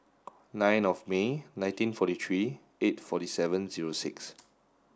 nine of May nineteen forty three eight forty seven zero six